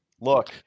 Look